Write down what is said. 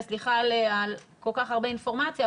וסליחה על כל כך הרבה אינפורמציה,